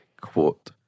Quote